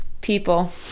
people